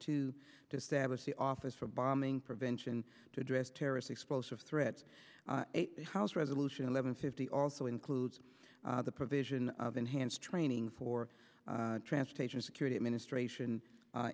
two to establish the office for bombing prevention to address terrorist explosive threats house resolution eleven fifty also includes the provision of enhanced training for transportation security administration